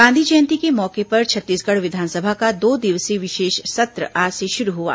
गांधी जयंती के मौके पर छत्तीसगढ़ विधानसभा का दो दिवसीय विशेष सत्र आज से शुरू हुआ